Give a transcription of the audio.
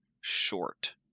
short